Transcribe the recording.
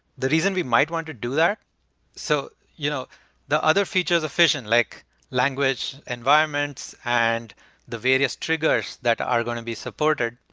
the reason we might want to do that so you know the other features of fission, like language environments and the various triggers that are going to be supported,